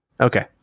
Okay